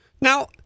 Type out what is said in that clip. Now